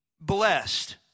blessed